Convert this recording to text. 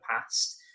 past